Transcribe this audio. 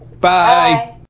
Bye